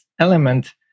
element